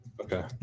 Okay